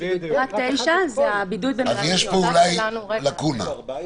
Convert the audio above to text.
פרט (9) זה הבידוד --- אז יש פה אולי לקונה או חוסר בהירות.